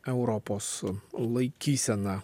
europos laikysena